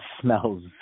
smells